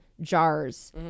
jars